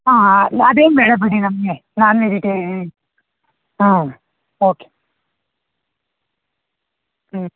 ಹಾಂ ಅದೇನೂ ಬೇಡ ಬಿಡಿ ನಮಗೆ ನಾನ್ ವೆಜಿಟೇರಿನ್ ಹ್ಞೂಂ ಓಕೆ ಊಂ